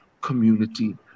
community